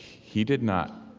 he did not